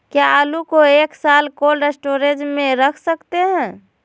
क्या आलू को एक साल कोल्ड स्टोरेज में रख सकते हैं?